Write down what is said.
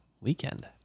weekend